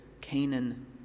Canaan